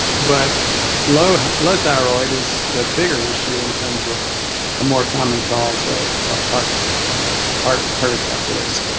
but low low thyroid is a bigger issue in terms of a more common cause of heart heart heart attack risk